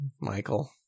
Michael